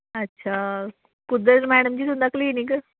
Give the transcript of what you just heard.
अच्छा कुद्धर मैड़म जी तुंदा क्लिनिक